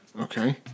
Okay